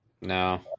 No